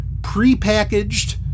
prepackaged